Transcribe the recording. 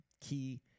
key